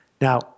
Now